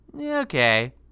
Okay